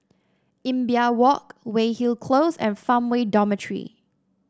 Imbiah Walk Weyhill Close and Farmway Dormitory